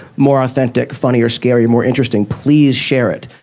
more authentic, funnier, scarier, more interesting, please share it.